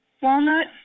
Walnut